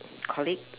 colleague